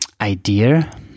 idea